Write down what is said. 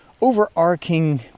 overarching